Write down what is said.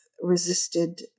resisted